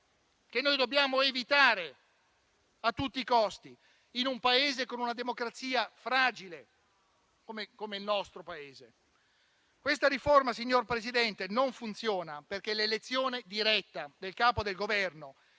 che noi dobbiamo evitare a tutti i costi in un Paese con una democrazia fragile come il nostro. Questa riforma, signor Presidente, non funziona, perché prevede l'elezione diretta del Capo del Governo